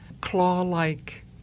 claw-like